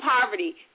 poverty